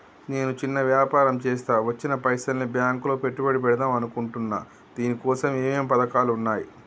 నేను చిన్న వ్యాపారం చేస్తా వచ్చిన పైసల్ని బ్యాంకులో పెట్టుబడి పెడదాం అనుకుంటున్నా దీనికోసం ఏమేం పథకాలు ఉన్నాయ్?